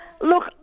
look